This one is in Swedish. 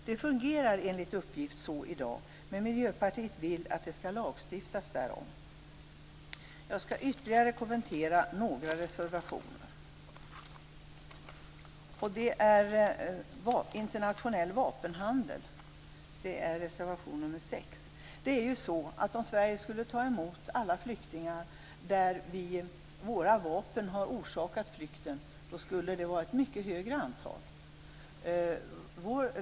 Det fungerar enligt uppgift så i dag. Men Miljöpartiet vill att det skall lagstiftas om detta. Jag skall ytterligare kommentera några reservationer. Det gäller bl.a. internationell vapenhandel, reservation 6. Det är ju så att om Sverige skulle ta emot alla flyktingar där våra vapen har orsakat flykten så skulle det vara ett mycket större antal.